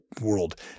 world